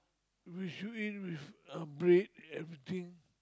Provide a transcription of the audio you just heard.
which should in with a braid everything